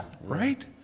right